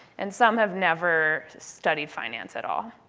and some have never studied finance at all.